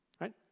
right